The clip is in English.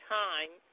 time